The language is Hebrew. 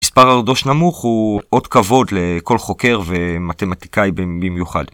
מספר ארדוש נמוך הוא אות כבוד לכל חוקר ומתמטיקאי במיוחד.